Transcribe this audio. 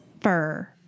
fur